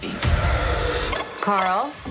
Carl